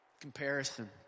Comparison